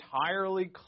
entirely